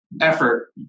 effort